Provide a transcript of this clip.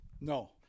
no